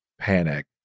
panic